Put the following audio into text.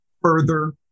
further